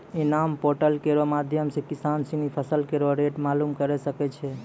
इनाम पोर्टल केरो माध्यम सें किसान सिनी फसल केरो रेट मालूम करे सकै छै